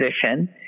position